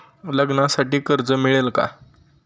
लग्नासाठी कर्ज मिळेल का?